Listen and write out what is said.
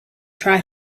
try